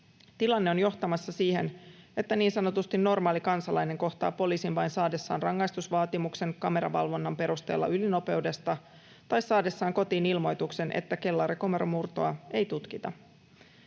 Tilanne on johtamassa siihen, että niin sanotusti normaali kansalainen kohtaa poliisin vain saadessaan rangaistusvaatimuksen kameravalvonnan perusteella ylinopeudesta tai saadessaan kotiin ilmoituksen, että kellarikomeromurtoa ei tutkita.